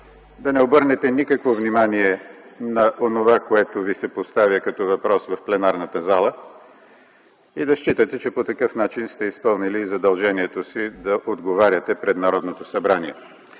да не обърнете никакво внимание на онова, което Ви се поставя като въпрос в пленарната зала, и да считате, че по такъв начин сте изпълнили задължението си да отговаряте пред Народното събрание.